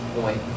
point